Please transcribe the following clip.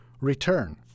return